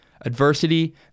Adversity